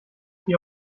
die